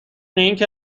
اینکه